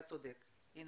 אתה צודק, חודשית.